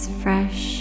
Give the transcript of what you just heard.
fresh